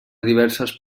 diverses